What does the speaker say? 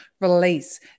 release